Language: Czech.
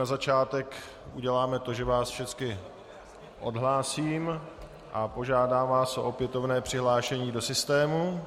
Na začátek uděláme to, že vás všecky odhlásím a požádám vás o opětovné přihlášení do systému.